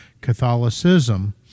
Catholicism